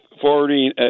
forwarding